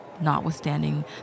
notwithstanding